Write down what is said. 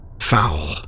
Foul